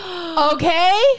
Okay